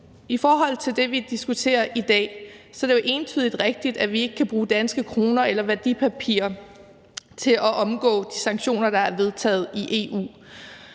I forhold til det, vi diskuterer i dag, er det jo entydigt rigtigt, at vi ikke kan bruge danske kroner eller værdipapirer til at omgå de sanktioner, der er vedtaget i EU.